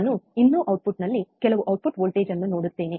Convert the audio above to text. ನಾನು ಇನ್ನೂ ಔಟ್ಪುಟ್ಲ್ಲಿ ಕೆಲವು ಔಟ್ಪುಟ್ ವೋಲ್ಟೇಜ್ ಅನ್ನು ನೋಡುತ್ತೇನೆ